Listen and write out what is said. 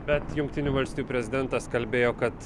bet jungtinių valstijų prezidentas kalbėjo kad